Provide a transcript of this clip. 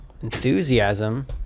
enthusiasm